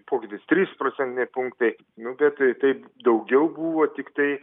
pokytis trys procentiniai punktai nu bet tai taip daugiau buvo tiktai